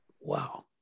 Wow